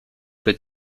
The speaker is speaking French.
code